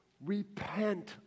Repent